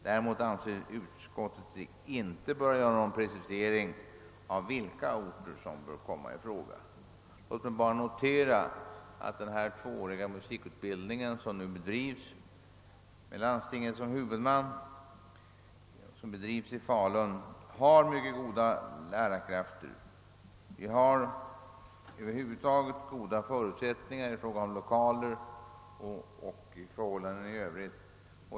Däremot anser sig utskottet inte böra göra någon precisering av vilka orter som bör komma i fråga. Låt mig bara notera att den tvååriga musikutbildning som bedrivs i Falun med landstinget som huvudman har mycket goda lärarkrafter. Vi har också goda förutsättningar i fråga om lokaler och förhållanden i övrigt.